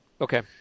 Okay